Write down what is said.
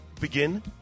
begin